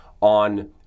on